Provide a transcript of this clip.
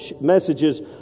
messages